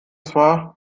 zwar